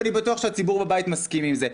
ואני בטוח שהציבור בבית מסכים עם זה.